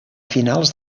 finals